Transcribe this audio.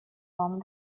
вам